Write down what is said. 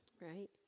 right